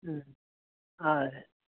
हय